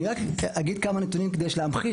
אני רק אגיד כמה נתונים כדי להמחיש,